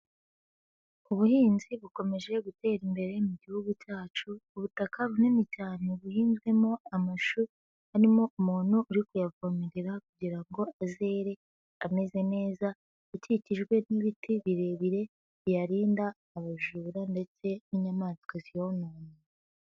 Ubuhinzi bukomeje gutera imbere mu Gihugu cyacu, ubutaka bunini cyane buhinzwemo amashu harimo umuntu uri kuyavomerera kugira ngo azere ameze neza, akikijwe n'ibiti birebire biyanda abajura ndetse n'inyamaswa zona.